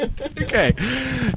okay